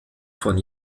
von